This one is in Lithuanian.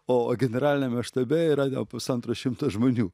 o generaliniame štabe yra gal pusantro šimto žmonių